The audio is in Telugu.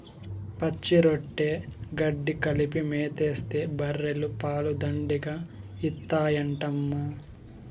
పచ్చిరొట్ట గెడ్డి కలిపి మేతేస్తే బర్రెలు పాలు దండిగా ఇత్తాయంటమ్మా